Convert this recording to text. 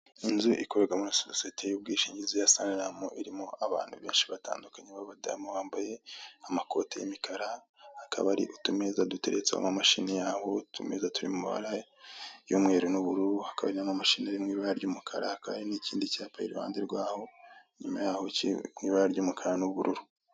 Inzu ikorerwa muri sosiyete y'ubwishingizi ya saniramu (SANLAM) irimo abantu benshi batandukanye baba damu bambaye amakoti y'imikara hakaba hari utumeza duteretseho amamashini yabo ,utumeza turi mu mabara y'umweru n'ubururu hakaba n'amashini iri mu ibara ry'umukara hakaba n'ikindi cyapa iruhande rwaho ,nyuma y'aho kiri mu ibara ry'umukara n'ubururu.